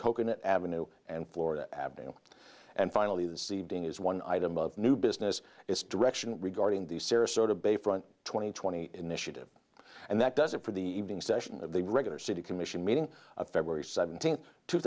coconut avenue and florida avenue and finally the seeding is one item of new business its direction regarding the sarasota bayfront twenty twenty initiative and that does it for the evening session of the regular city commission meeting of february seventeenth two